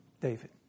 David